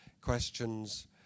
questions